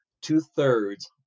Two-thirds